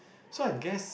so I guess